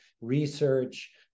research